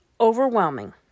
overwhelming